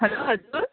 hello हजुर